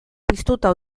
piztuta